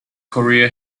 korea